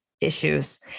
issues